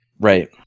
right